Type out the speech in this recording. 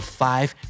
five